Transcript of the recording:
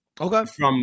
Okay